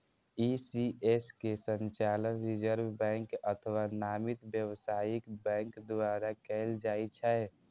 ECS के संचालन reserve bank अथवा नामित व्यावसायिक बैंक द्वारा कैल जाइ छै